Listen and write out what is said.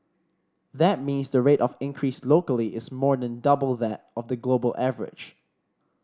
that means the rate of increase locally is more than double that of the global average